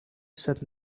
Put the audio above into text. said